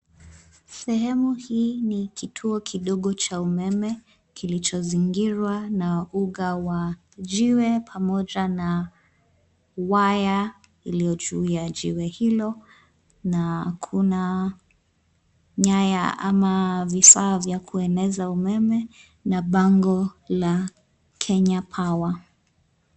Sehemu hii ni kituo kidogo cha umeme kilichozingirwa na uga wa jiwe pamoja na waya iliyo juu ya jiwe hilo na kuna nyaya, ama vifaa vya kueneza umeme na bango la Kenya Power.